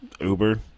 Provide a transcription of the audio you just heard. Uber